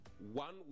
One